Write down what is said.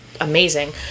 amazing